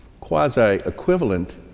quasi-equivalent